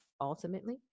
ultimately